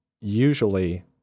usually